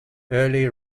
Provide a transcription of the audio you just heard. early